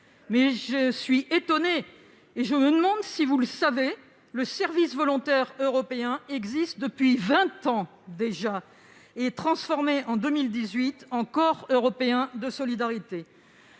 Mais je m'étonne et je me demande d'ailleurs si vous le savez : le service volontaire européen existe depuis vingt ans déjà et a été transformé en 2018 en corps européen de solidarité.